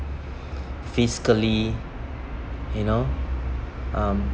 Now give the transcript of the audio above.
physically you know um